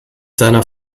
seiner